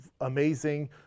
amazing